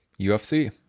UFC